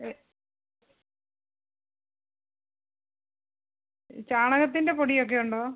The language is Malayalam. എ ചാണകത്തിൻ്റെ പൊടിയൊക്കെ ഉണ്ടോ